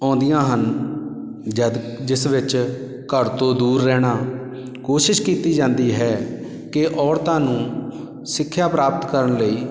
ਆਉਂਦੀਆਂ ਹਨ ਜਦ ਜਿਸ ਵਿੱਚ ਘਰ ਤੋਂ ਦੂਰ ਰਹਿਣਾ ਕੋਸ਼ਿਸ਼ ਕੀਤੀ ਜਾਂਦੀ ਹੈ ਕਿ ਔਰਤਾਂ ਨੂੰ ਸਿੱਖਿਆ ਪ੍ਰਾਪਤ ਕਰਨ ਲਈ